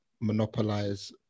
monopolize